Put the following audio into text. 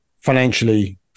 financially